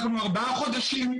ארבעה חודשים.